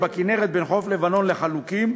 בכינרת, בין חוף לבנון לחוף חלוקים,